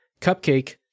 Cupcake